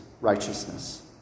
righteousness